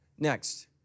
Next